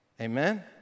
Amen